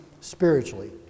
spiritually